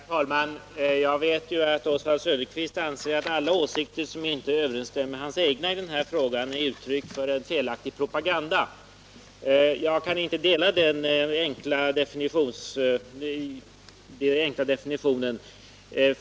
Herr talman! Jag vet ju att Oswald Söderqvist anser att alla åsikter som inte överensstämmer med hans egna i den här frågan bara är uttryck för en felaktig propaganda. Jag kan inte dela hans uppfattning därvidlag.